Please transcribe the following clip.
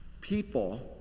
People